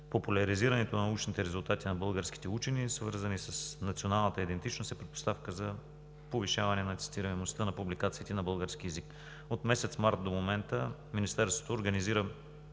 Популяризирането на научните резултати на българските учени, свързани с националната идентичност, е предпоставка за повишаване на цитируемостта на публикациите на български език. От месец март до момента Министерството организира